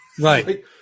right